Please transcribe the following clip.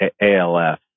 ALF